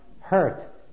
hurt